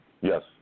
Yes